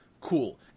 cool